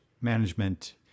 management